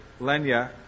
Lenya